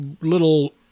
little